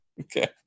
Okay